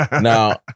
Now